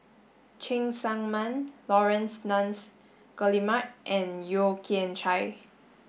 Cheng Tsang Man Laurence Nunns Guillemard and Yeo Kian Chai